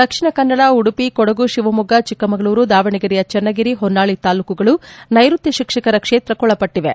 ದಕ್ಷಿಣ ಕನ್ನಡ ಉಡುಪಿ ಕೊಡಗು ಶಿವಮೊಗ್ಗ ಚಿಕ್ಕಮಗಳೂರು ದಾವಣಗೆರೆಯ ಚೆನ್ನಗಿರಿ ಹೊನ್ನಾಳಿ ತಾಲೂಕುಗಳು ನೈರುತ್ಯ ಶಿಕ್ಷಕರ ಕ್ಷೇತ್ರಕ್ಕೊಳಪಟ್ಟಿವೆ